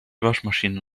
waschmaschine